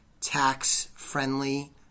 tax-friendly